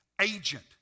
agent